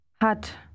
Hat